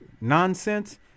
nonsense